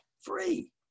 Free